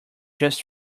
just